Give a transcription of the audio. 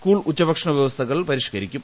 school ഉച്ചഭക്ഷണ വ്യവസ്ഥകൾ പരിഷ്കരിക്കും